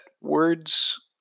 words